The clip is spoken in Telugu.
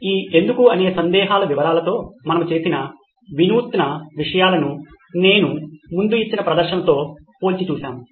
ఈ ఎందుకు అనే సందేహాల వివరాలతో మనము చేసిన వినూత్న విషయాలను నేను ముందు ఇచ్చిన ప్రదర్శనతో పోల్చి చూసాము